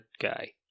guy